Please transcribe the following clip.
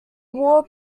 wall